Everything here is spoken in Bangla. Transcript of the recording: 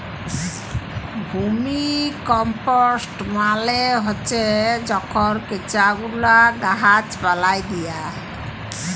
ভার্মিকম্পস্ট মালে হছে যখল কেঁচা গুলা গাহাচ পালায় দিয়া